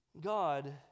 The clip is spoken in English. God